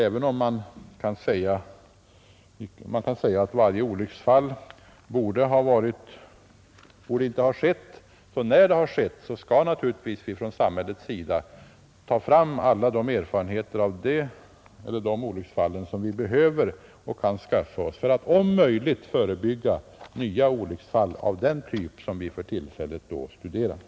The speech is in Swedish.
Även om man om varje olycksfall kan säga att det inte borde ha skett, skall naturligtvis samhället, när de ändå har inträffat, ta fram alla de erfarenheter som dessa olycksfall kan ge för att om möjligt förebygga nya olycksfall av den typ som vi för tillfället studerar.